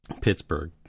Pittsburgh